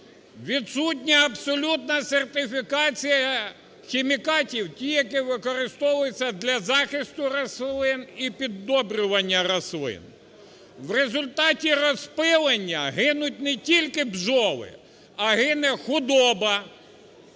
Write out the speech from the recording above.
Відсутня абсолютно сертифікація хімікатів тих, які використовуються для захисту рослин і піддобрювання рослин. В результаті розпилення гинуть не тільки бджоли, а гине худоба